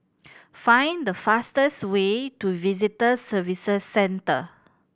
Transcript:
find the fastest way to Visitor Services Centre